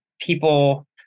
people